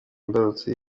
imbarutso